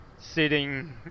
sitting